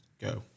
Go